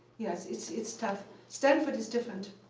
yes. it's, it's tough. stanford is different.